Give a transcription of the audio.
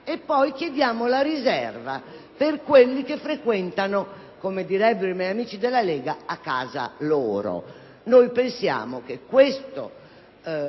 poi chiedere la riserva per quelli che frequentano, come direbbero i miei amici della Lega, a casa loro. Noi pensiamo che questo